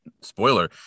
spoiler